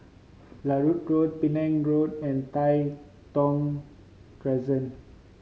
Larut Road Penang Road and Tai Thong Crescent